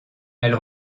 elle